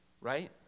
right